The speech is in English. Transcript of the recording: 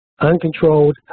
Uncontrolled